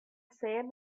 sand